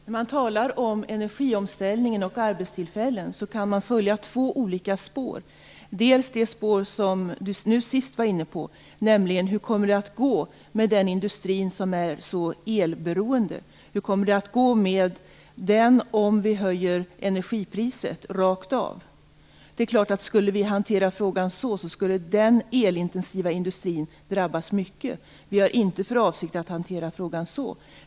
Fru talman! När man talar om energiomställningen och arbetstillfällen kan man följa två olika spår. Man kan välja det spår som Torsten Gavelin var inne på senast, nämligen hur kommer det att gå med den industri som är starkt elberoende om vi höjer energipriset rakt av? Skulle vi hantera frågan så är det klart att den elintensiva industrin drabbas mycket. Vi har inte för avsikt att hantera frågan så.